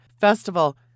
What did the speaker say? festival